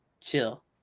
chill